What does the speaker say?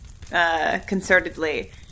concertedly